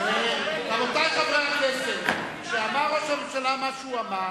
רבותי חברי הכנסת, כשראש הממשלה אמר מה שהוא אמר,